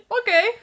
okay